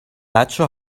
بچه